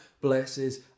blesses